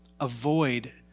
avoid